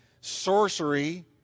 Sorcery